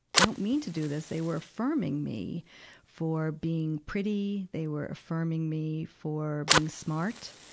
they don't mean to do this. they were affirming me for being pretty. they were affirming me for being smart.